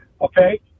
Okay